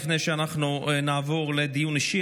לפני שנעבור לדיון אישי,